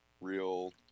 real